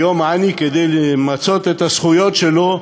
היום עני, כדי למצות את הזכויות שלו,